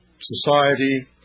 society